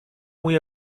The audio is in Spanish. muy